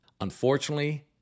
Unfortunately